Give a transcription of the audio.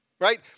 right